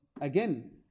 again